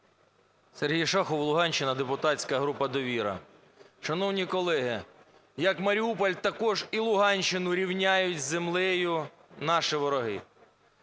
Сергій Шахов, Луганщина, депутатська група "Довіра". Шановні колеги, як Маріуполь, також і Луганщину рівняють з землею наші вороги.